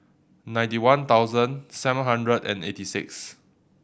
ninety one thousand seven hundred and eighty six